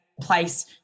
place